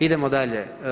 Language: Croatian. Idemo dalje.